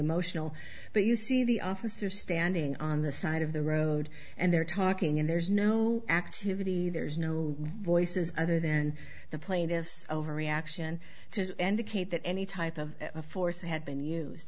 emotional but you see the officer standing on the side of the road and they're talking and there's no activity there's no voices other than the plaintiff's overreaction to end the cape that any type of force had been used